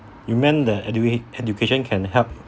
you meant that educa~ education can help